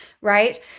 right